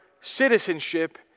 citizenship